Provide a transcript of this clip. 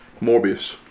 Morbius